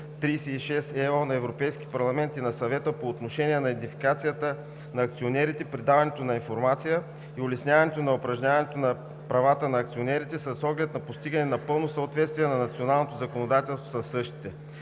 2007/36/ЕО на Европейския парламент и на Съвета по отношение на идентификацията на акционерите, предаването на информация и улесняването на упражняването на правата на акционерите с оглед на постигане на пълно съответствие на националното законодателство със същите.